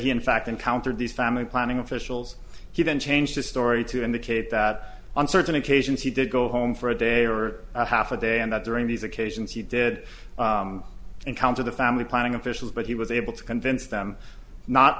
he in fact encountered these family planning officials he then changed his story to indicate that on certain occasions he did go home for a day or half a day and that during these occasions he did encounter the family planning officials but he was able to convince them not